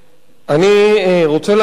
אני רוצה להמשיך